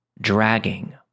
dragging